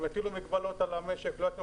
אם יטילו מגבלות על המשק או לא.